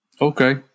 Okay